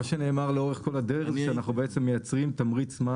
מה שנאמר לאורך כל הדרך זה שאנחנו בעצם מייצרים תמריץ מס